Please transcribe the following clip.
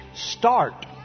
start